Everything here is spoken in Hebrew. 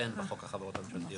זה אין בחוק החברות הממשלתיות.